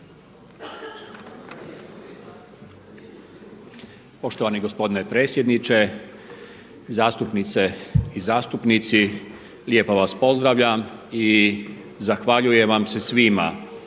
Poštovani gospodine predsjedniče, zastupnice i zastupnici, lijepo vas pozdravljam i zahvaljujem vam se svima